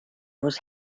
was